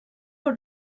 per